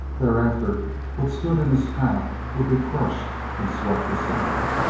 thereafter what stood in his path would be crushed and swept aside.